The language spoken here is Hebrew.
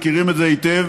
מכירים את זה היטב